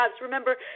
Remember